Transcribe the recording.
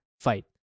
fight